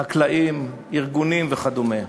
חקלאים, ארגונים וכדומה.